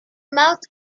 mouth